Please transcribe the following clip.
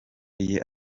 iyi